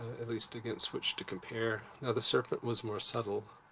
at least against which to compare. now the serpent was more subtill